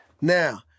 Now